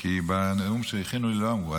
כי בנאום שהכינו לי לא אמרו.